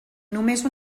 només